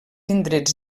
indrets